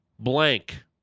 Blank